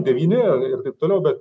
devyni ir taip toliau bet